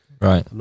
right